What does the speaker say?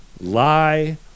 Lie